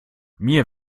mir